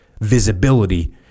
visibility